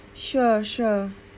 sure sure